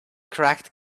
cracked